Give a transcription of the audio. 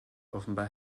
offenbar